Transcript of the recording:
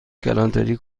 کلانتری